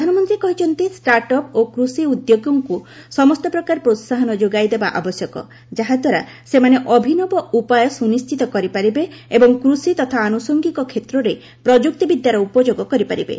ପ୍ରଧାନମନ୍ତ୍ରୀ କହିଛନ୍ତି ଷ୍ଟାର୍ଟ୍ଅପ୍ ଓ କୃଷି ଉଦ୍ୟୋଗୀଙ୍କୁ ସମସ୍ତ ପ୍ରକାର ପ୍ରୋହାହନ ଯୋଗାଇଦେବା ଆବଶ୍ୟକ ଯାହାଦ୍ୱାରା ସେମାନେ ଅଭିନବ ଉପାୟ ସ୍ଥିନିଶ୍ଚିତ କରିପାରିବେ ଏବଂ କୃଷି ତଥା ଆନୁସଙ୍ଗିକ କ୍ଷେତ୍ରରେ ପ୍ରମ୍ଭକ୍ତି ବିଦ୍ୟାର ଉପଯୋଗ କରିପାରିବେ